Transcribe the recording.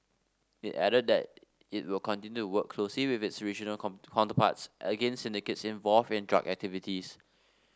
it added that it will continue work closely with its regional come counterparts against syndicates involved in drug activities